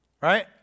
right